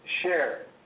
share